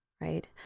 right